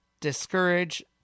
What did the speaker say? discourage